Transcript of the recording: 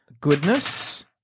goodness